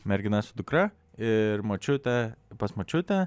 mergina su dukra ir močiutė pas močiutę